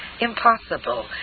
Impossible